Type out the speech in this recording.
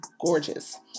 gorgeous